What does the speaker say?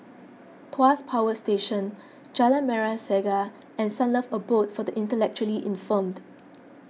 Tuas Power Station Jalan Merah Saga and Sunlove Abode for the Intellectually Infirmed